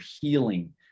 healing